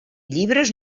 llibres